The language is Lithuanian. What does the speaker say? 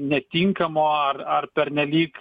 netinkamo ar ar pernelyg